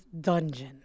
dungeon